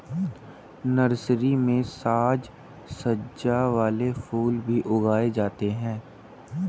nursery में साज सज्जा वाले फूल भी उगाए जाते हैं